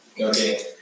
Okay